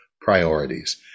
priorities